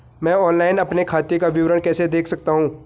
मैं ऑनलाइन अपने खाते का विवरण कैसे देख सकता हूँ?